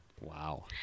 Wow